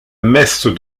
messe